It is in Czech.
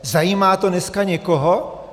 Zajímá to dneska někoho?